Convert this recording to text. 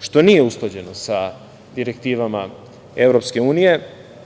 što nije usklađeno sa direktivama EU, način